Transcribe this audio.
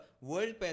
world